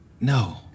No